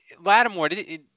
Lattimore